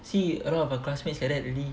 see a lot of her classmates like that already